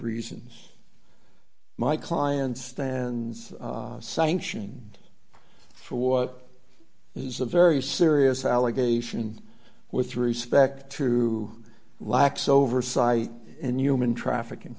reasons my client stands sanction for what is a very serious allegation with respect to lax oversight and human traffic